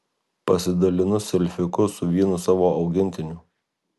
pasidalinu selfiuku su vienu savo augintiniu